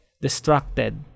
distracted